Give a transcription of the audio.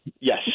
Yes